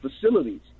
facilities